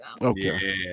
Okay